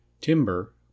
timber